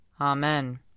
Amen